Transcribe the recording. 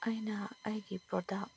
ꯑꯩꯅ ꯑꯩꯒꯤ ꯄ꯭ꯔꯣꯗꯛ